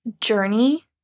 journey